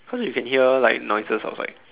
cause you can hear like noises outside